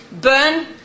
burn